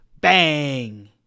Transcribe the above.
Bang